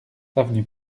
avenue